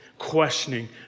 questioning